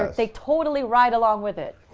um they totally ride along with it.